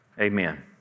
Amen